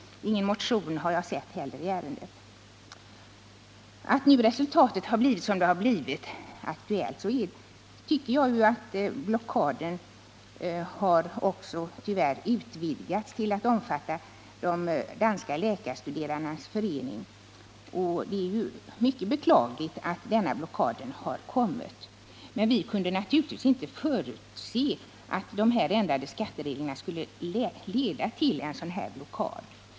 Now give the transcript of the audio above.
Jag har heller inte sett någon motion i ärendet. Tyvärr har situationen nu utvecklats så att blockaden från de danska läkarstuderandenas förening har utvidgats till att omfatta även de yngre danska läkarna. Detta är givetvis mycket beklagligt, men vi kunde naturligtvis inte förutse att dessa ändrade skatteregler skulle leda till en sådan här blockad.